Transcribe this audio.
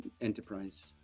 enterprise